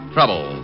Trouble